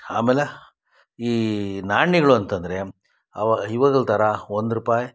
ಆಮೇಲೆ ಈ ನಾಣ್ಯಗಳು ಅಂತ ಅಂದರೆ ಅವು ಇವಾಗಲ್ ಥರ ಒಂದು ರೂಪಾಯಿ